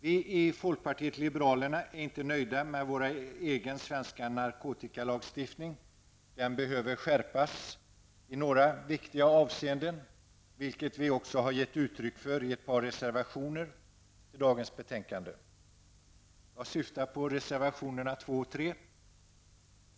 Vi i folkpartiet liberalerna är inte nöjda med den svenska narkotikalagstiftningen. Den behöver skärpas i några viktiga avseenden, vilket vi också har gett uttryck för i ett par reservationer till dagens betänkande. Jag syftar på reservationerna 2 och 3.